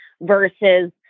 versus